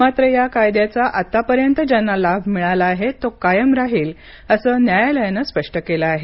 मात्र या कायद्याचा आतापर्यंत ज्यांना लाभ मिळाला आहे तो कायम राहील असं न्यायालयानं स्पष्ट केलं आहे